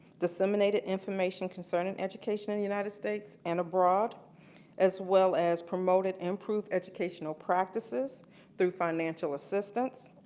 disseminated information concerning education in the united states and abroad as well as promoted improved educational practices through financial assistance,